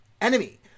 enemy